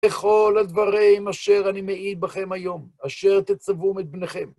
לכל הדברים אשר אני מעיד בכם היום, אשר תצוום את בניכם.